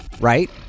right